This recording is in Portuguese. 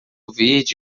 verde